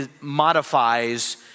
modifies